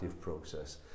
process